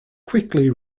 quickly